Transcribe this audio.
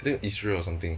I think israel or something